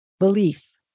belief